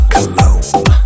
Cologne